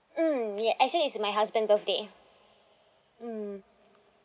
mm ya actually it's my husband birthday mm